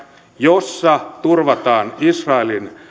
jossa turvataan israelin